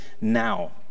now